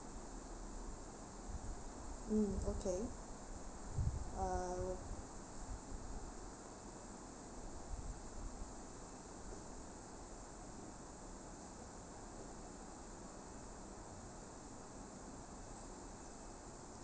mm okay uh